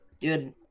Dude